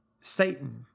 Satan